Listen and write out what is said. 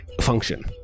Function